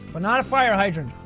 but not a fire hydrant.